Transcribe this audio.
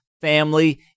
family